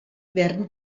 werden